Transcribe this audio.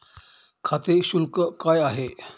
खाते शुल्क काय आहे?